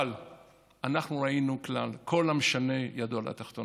אבל אנחנו ראינו כלל: כל המשנה, ידו על התחתונה.